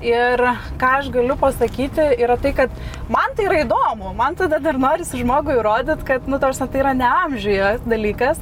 ir ką aš galiu pasakyti yra tai kad man tai yra įdomu man tada dar norisi žmogui įrodyt kad nu ta prasme tai yra ne amžiuje dalykas